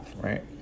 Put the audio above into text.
right